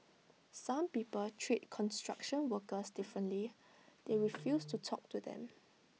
some people treat construction workers differently they refuse to talk to them